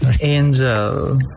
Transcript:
Angel